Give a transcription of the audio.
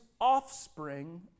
offspring